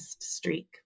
streak